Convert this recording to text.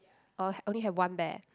oh only have one bear